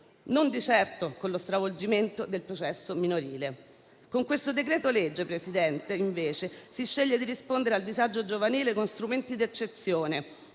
non di certo con lo stravolgimento del processo minorile. Con questo decreto-legge, Presidente, si sceglie invece di rispondere al disagio giovanile con strumenti di eccezione,